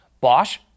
Bosch